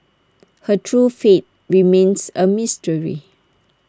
her true fate remains A mystery